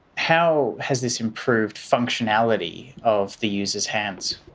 how has this improved functionality of the user's hands?